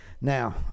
Now